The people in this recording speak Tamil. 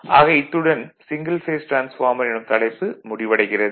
ஆக இத்துடன் சிங்கிள் பேஸ் டிரான்ஸ்பார்மர் எனும் தலைப்பு முடிவடைகிறது